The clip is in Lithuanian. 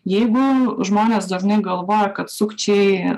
jeigu žmonės dažnai galvoja kad sukčiai